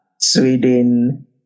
Sweden